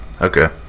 okay